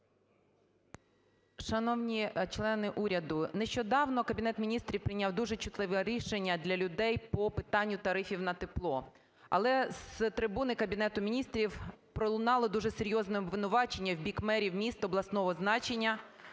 Шановні члени уряду! Нещодавно Кабінет Міністрів прийняв дуже чутливе рішення для людей по питанню тарифів на тепло. Але з трибуни Кабінету Міністрів пролунало дуже серйозне обвинувачення в бік мерів міст обласного значення